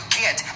get